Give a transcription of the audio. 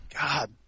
God